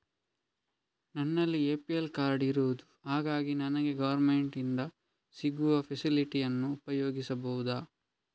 ನನ್ನಲ್ಲಿ APL card ಇರುದು ಹಾಗಾಗಿ ನನಗೆ ಗವರ್ನಮೆಂಟ್ ಇಂದ ಸಿಗುವ ಫೆಸಿಲಿಟಿ ಅನ್ನು ಉಪಯೋಗಿಸಬಹುದಾ?